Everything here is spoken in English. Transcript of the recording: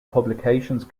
publications